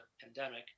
pandemic